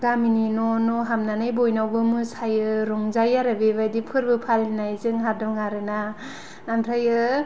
गामि न' न' हाबनानै बयनावबो मोसायो रंजायो आरो बेबायदि फोरबो फालिनाय जोंहा दं आरोना ओमफ्रायो